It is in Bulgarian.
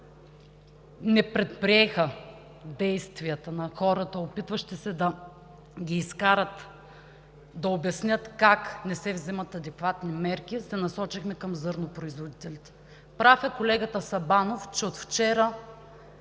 не предприеха действията на хората, опитващи се да ги изкарат, да обяснят как не се взимат адекватни мерки, се насочихме към зърнопроизводителите. Прав е колегата Сабанов, че от вчера